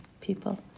people